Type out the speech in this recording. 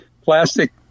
plastic